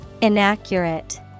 Inaccurate